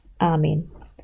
Amen